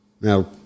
Now